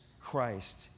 Christ